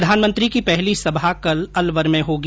प्रधानमंत्री की पहली सभा कल अलवर में होगी